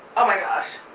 oh my gosh.